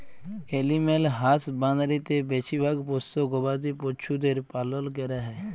animal হাসবাঁদরিতে বেছিভাগ পোশ্য গবাদি পছুদের পালল ক্যরা হ্যয়